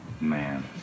Man